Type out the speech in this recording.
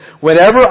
Whenever